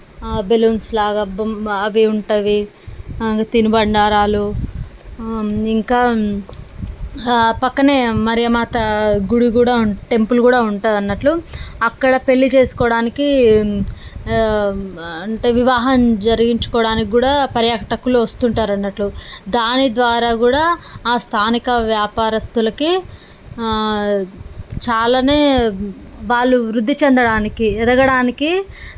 బెలూన్స్లాగా బొమ్ అవి ఉంటవి ఇంకా తిను బండారాలు ఇంకా పక్కనే మరీమాత గుడి కూడా ఉం టెంపుల్ కూడా ఉంటుంది అన్నట్లు అక్కడ పెళ్లి చేసుకోవడానికి అంటే వివాహం జరిగించుకోవడానికి కూడా పర్యటకులు వస్తుంటారు అన్నట్లు దాని ద్వారా కూడా ఆ స్థానిక వ్యాపారస్తులకి చాలానే వాళ్ళు వృద్ధి చెందడానికి ఎదగడానికి